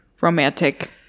romantic